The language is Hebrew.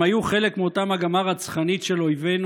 הם היו חלק מאותה מגמה רצחנית של אויבינו